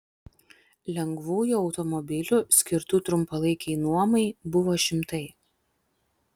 lengvųjų automobilių skirtų trumpalaikei nuomai buvo šimtai